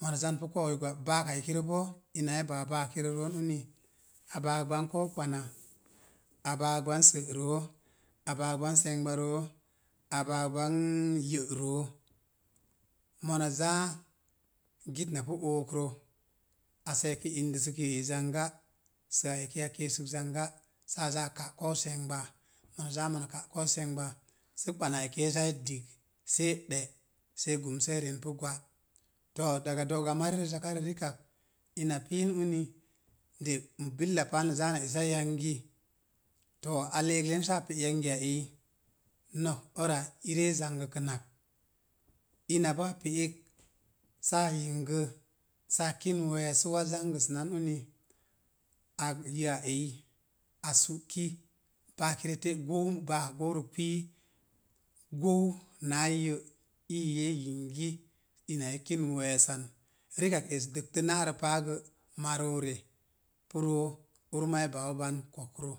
Mona zanpu ko̱o̱wi gwa, baaka ekira boo ina e baa baakirə roon uni, a baak ban ko̱o̱ kpana, a baak ban sə roo, a baak ban se̱ngba roo, a baak bannyə roo. Mona zaa git napu ookro, a se̱e̱k indəsak ya'eyi zanga, sá a eki a keesək zanga si a ká ko̱o̱ se̱ngba, mona zaa mona ká ko̱o̱ se̱ngba sə kpanaa eki e zaa e dig, see de̱, see gum see renpu gwa. To, baga do̱'gamarirə zakarə rikak, ina piin uni, de billa paal na za esa yangi, to, á le'eklen saa pé yangiya ey nok ora i ree zangəkənak. Ina boo a pe'ek saa yingə saa kinən we̱e̱s sa waz zangəsənan uni, a-yə’ a eyo, a sú ki, baakirə te̱ gou, ba'a gourək pii. Gon naa yə’ iyi e yingi ina e kinən we̱e̱san. Rikak es dəgtə na'ra paa gə marori pu roo pu roo, ur maa e baau ban kokrə.